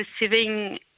receiving